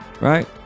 right